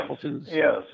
yes